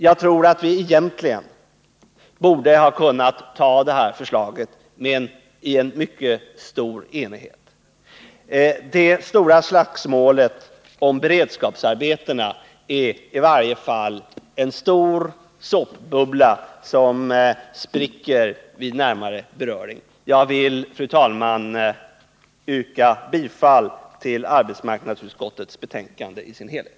Jag tror att vi egentligen hade kunnat anta detta förslag med mycket stor enighet. Det stora slagsmålet om beredskapsarbetena är i varje fall en stor såpbubbla som vid närmare beröring spricker. Jag vill, fru talman, yrka bifall till arbetsmarknadsutskottets hemställan i dess helhet.